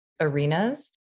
arenas